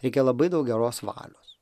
reikia labai daug geros valios